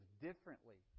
differently